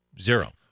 Zero